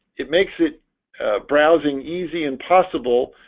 it makes it browsing easy and possible,